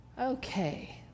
okay